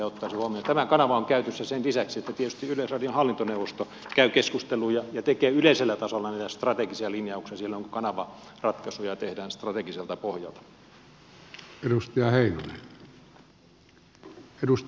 tämä kanava on käytössä sen lisäksi että tietysti yleisradion hallintoneuvosto käy keskusteluja ja tekee yleisellä tasolla niitä strategisia linjauksia silloin kun kanavaratkaisuja tehdään strategiselta pohjalta